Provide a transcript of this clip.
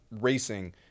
racing